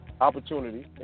opportunity